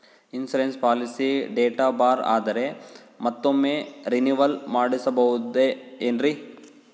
Insurance policy date ಬಾರ್ ಆದರೆ ಮತ್ತೊಮ್ಮೆ ರಿನಿವಲ್ ಮಾಡಿಸಬಹುದೇ ಏನ್ರಿ?